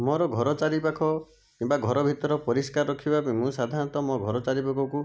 ମୋର ଘର ଚାରିପାଖ କିମ୍ବା ଘର ଭିତର ପରିଷ୍କାର ରଖିବା ପାଇଁ ମୁଁ ସାଧାରଣତଃ ମୋ ଘର ଚାରିପାଖକୁ